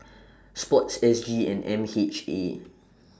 Sports S G and M H A